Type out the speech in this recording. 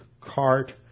cart